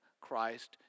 Christ